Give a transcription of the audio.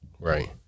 Right